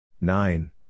Nine